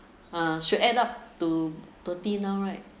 uh should add up to thirty now right